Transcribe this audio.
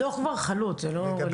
הדוח כבר חלוט, זה לא רלוונטי.